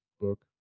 book